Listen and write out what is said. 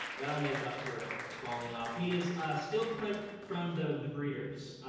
that'll make up for falling off. he is still clipped from the breeders.